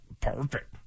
Perfect